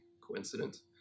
coincidence